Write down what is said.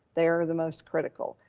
they're the most critical.